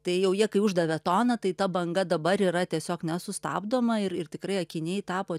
tai jau jie kai uždavė toną tai ta banga dabar yra tiesiog nesustabdoma ir ir tikrai akiniai tapo